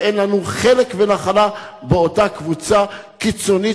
ואין לנו חלק ונחלה באותה קבוצה קיצונית